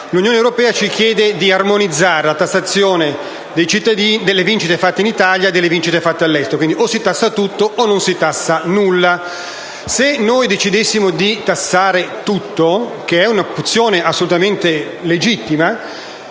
L'Unione europea ci chiede di armonizzare la tassazione delle vincite fatte in Italia con quelle realizzate all'estero. Quindi, o si tassa tutto, o non si tassa nulla. Se noi decidessimo di tassare tutto (opzione assolutamente legittima),